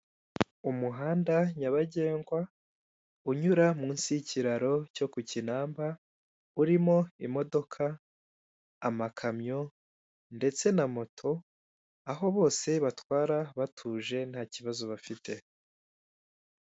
Umuhanda nyabagendwa unyura munsi y'ikiraro cyo ku Kinamba urimo imodoka amakamyo ndetse na moto aho bose batwara batuje nta kibazo bafite.